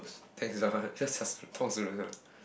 thanks so much just that's talk